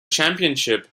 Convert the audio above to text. championship